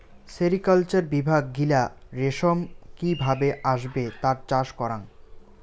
sericulture বিভাগ গিলা রেশম কি ভাবে আসবে তার চাষ করাং